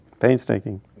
Painstaking